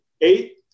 Eight